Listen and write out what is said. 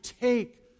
take